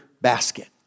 basket